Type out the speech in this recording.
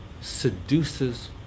seduces